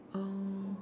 oh